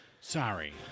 sorry